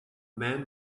man